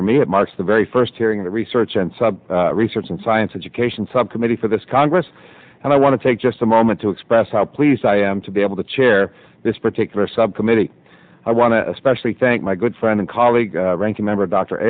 for me it marks the very first hearing the research and sub research and science education subcommittee for this congress and i want to take just a moment to express how pleased i am to be able to chair this particular subcommittee i want to especially thank my good friend and colleague the ranking member dr